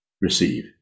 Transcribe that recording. receive